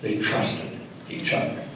trusted each other.